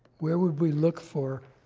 where would we look for